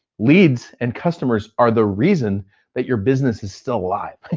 leads and customers are the reason that your business is still alive.